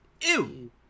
Ew